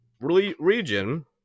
region